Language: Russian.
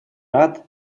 рад